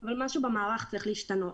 אבל משהו במערך צריך להשתנות,